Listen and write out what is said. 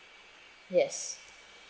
yes